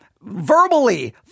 verbally